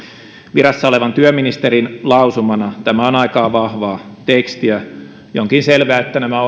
virassa olevan työministerin lausumana tämä on aika vahvaa tekstiä ja onkin selvää että nämä